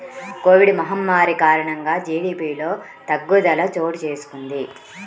Covid మహమ్మారి కారణంగా జీడీపిలో తగ్గుదల చోటుచేసుకొంది